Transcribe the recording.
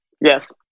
Yes